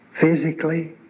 physically